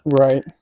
right